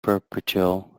perpetual